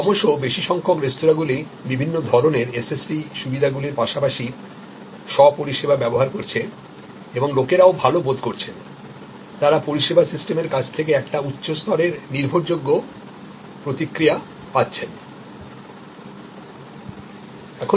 ক্রমশঃ বেশি সংখ্যক রেস্তোঁরাগুলি বিভিন্ন ধরণের এসএসটি সুবিধাগুলির পাশাপাশি স্ব পরিষেবা ব্যবহার করছে এবং লোকেরাও ভাল বোধ করছেন তারা পরিষেবা সিস্টেমের কাছ থেকে একটি উচ্চস্তরের নির্ভরযোগ্য প্রতিক্রিয়া পাচ্ছেন